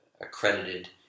accredited